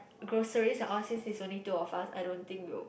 groceries and all since there's only two of us I don't think will